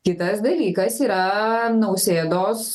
kitas dalykas yra nausėdos